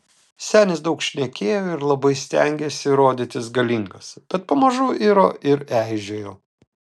senis daug šnekėjo ir labai stengėsi rodytis galingas bet pamažu iro ir eižėjo